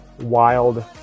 wild